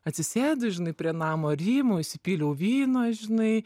atsisėdu žinai prie namo rymau įsipyliau vyno žinai